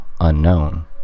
Unknown